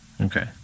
Okay